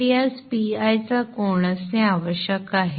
तर यास pi चा कोन असणे आवश्यक आहे